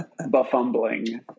buffumbling